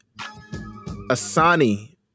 Asani